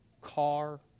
car